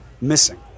missing